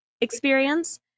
experience